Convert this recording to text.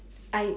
I